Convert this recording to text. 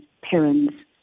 parents